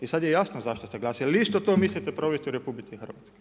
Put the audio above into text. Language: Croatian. I sad je jasno zašto ste glasali jer isto to mislite provesti u RH.